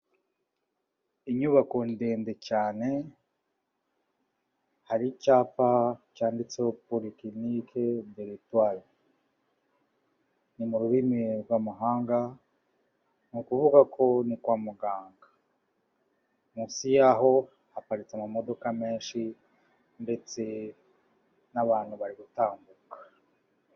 Inyubako ndende cyane, hari icyapa cyanditseho poly clinic deretaire, ni mu rurimi rwamahanga, ni ukuvuga ngo ni kwa muganga, munsi yaho haparitse amamodoka menshi ndetse n'abantu bari gutambuka.